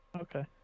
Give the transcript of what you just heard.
Okay